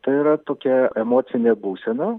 tai yra tokia emocinė būsena